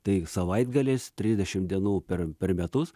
tai savaitgaliais trisdešimt dienų per per metus